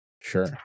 Sure